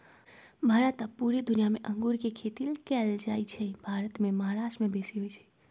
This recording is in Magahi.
भारत आऽ पुरे दुनियाँ मे अङगुर के खेती कएल जाइ छइ भारत मे महाराष्ट्र में बेशी होई छै